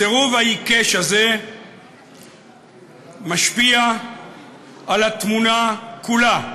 הסירוב העיקש הזה משפיע על התמונה כולה,